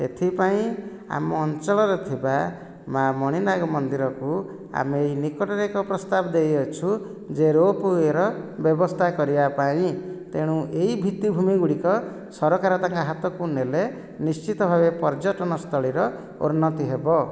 ଏଥିପାଇଁ ଆମ ଅଞ୍ଚଳରେ ଥିବା ମାଁ ମଣିନାଗ ମନ୍ଦିରକୁ ଆମେ ଏହି ନିକଟରେ ଏକ ପ୍ରସ୍ତାବ ଦେଇଅଛୁ ଯେ ରୋପୱେର ବ୍ୟବସ୍ତା କରିବାପାଇଁ ତେଣୁ ଏହି ଭିତ୍ତିଭୂମି ଗୁଡ଼ିକ ସରକାର ତାଙ୍କ ହାତକୁ ନେଲେ ନିଶ୍ଚିତ ଭାବେ ପର୍ଯ୍ୟଟନସ୍ଥଳୀର ଉନ୍ନତି ହେବ